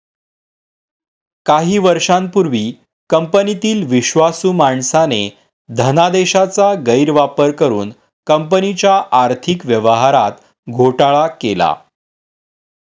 काही वर्षांपूर्वी कंपनीतील विश्वासू माणसाने धनादेशाचा गैरवापर करुन कंपनीच्या आर्थिक व्यवहारात घोटाळा केला